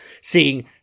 seeing